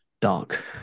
dark